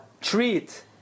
treat